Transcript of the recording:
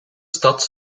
stad